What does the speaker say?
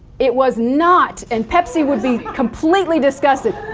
it was not! and pepsi would be completely disgusted.